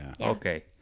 Okay